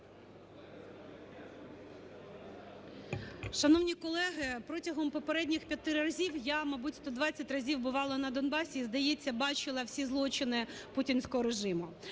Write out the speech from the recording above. Шановні колеги, протягом попередніх п'яти разів я, мабуть, 120 разів бувала на Донбасі і, здається, бачила всі злочини путінського режиму.